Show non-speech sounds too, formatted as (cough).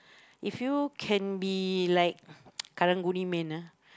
if you can be like (noise) karang-guni man ah